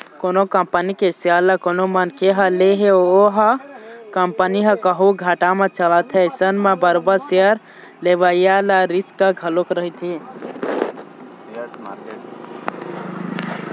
कोनो कंपनी के सेयर ल कोनो मनखे ह ले हे ओ कंपनी ह कहूँ घाटा म चलत हे अइसन म बरोबर सेयर लेवइया ल रिस्क घलोक रहिथे